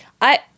I-